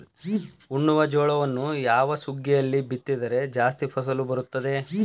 ಉಣ್ಣುವ ಜೋಳವನ್ನು ಯಾವ ಸುಗ್ಗಿಯಲ್ಲಿ ಬಿತ್ತಿದರೆ ಜಾಸ್ತಿ ಫಸಲು ಬರುತ್ತದೆ?